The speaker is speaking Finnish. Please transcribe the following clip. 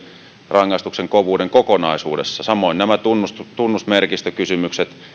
rangaistuksen kovuuden kokonaisuudessa samoin nämä tunnusmerkistökysymykset